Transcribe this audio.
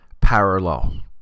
parallel